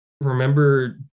remember